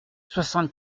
soixante